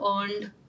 earned